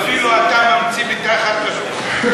אפילו אתה ממציא מתחת לשולחן.